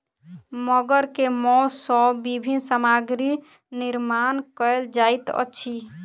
मगर के मौस सॅ विभिन्न सामग्री निर्माण कयल जाइत अछि